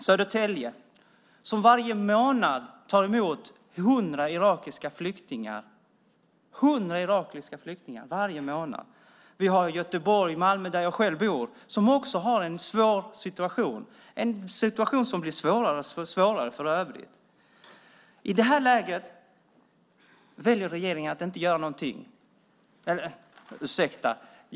Södertälje tar varje månad emot 100 irakiska flyktingar. I Göteborg och Malmö, där jag själv bor, har man också en svår situation, en situation som för övrigt blir svårare och svårare. I det läget väljer regeringen att inte göra någonting. Ursäkta!